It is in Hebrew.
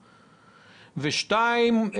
שתיים,